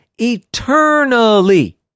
eternally